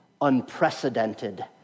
unprecedented